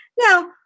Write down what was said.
now